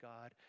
God